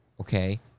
Okay